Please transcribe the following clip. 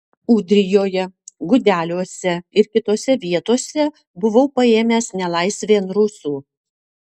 ūdrijoje gudeliuose ir kitose vietose buvau paėmęs nelaisvėn rusų